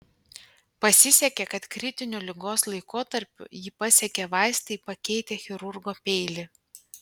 pasisekė kad kritiniu ligos laikotarpiu jį pasiekė vaistai pakeitę chirurgo peilį